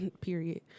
Period